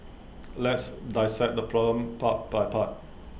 let's dissect this problem part by part